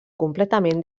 completament